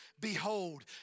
Behold